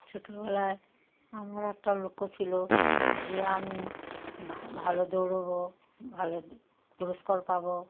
ছোটবেলায় আমার একটা লক্ষ্য ছিল যে আমি ভা ভালো দৌড়বো ভালো পুরস্কার পাব